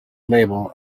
label